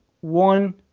one